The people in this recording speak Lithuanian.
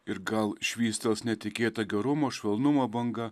ir gal švystels netikėta gerumo švelnumo banga